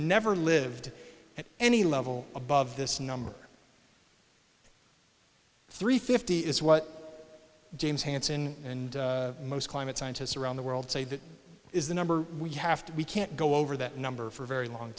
never lived at any level above this number three fifty is what james hansen and most climate scientists around the world say that is the number we have to be can't go over that number for a very long